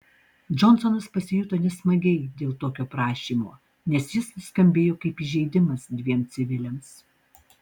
džonsonas pasijuto nesmagiai dėl tokio prašymo nes jis nuskambėjo kaip įžeidimas dviem civiliams